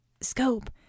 Scope